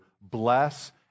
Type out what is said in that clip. Bless